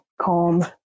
calm